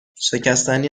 شکستنی